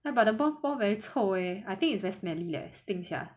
!wah! but the moth ball very 臭 eh I think it's very smelly leh stinks sia